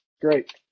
Great